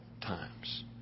times